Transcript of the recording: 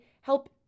help